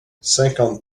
cinquante